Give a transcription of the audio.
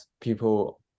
people